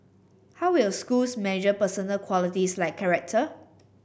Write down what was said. how will schools measure personal qualities like character